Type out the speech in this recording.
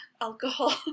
alcohol